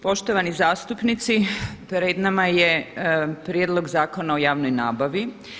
Poštovani zastupnici pred nama je prijedlog Zakona o javnoj nabavi.